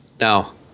Now